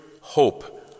hope